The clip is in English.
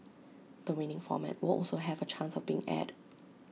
the winning format will also have A chance of being aired